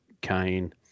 Kane